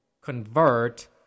convert